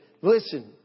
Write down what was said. listen